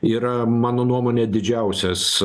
yra mano nuomone didžiausias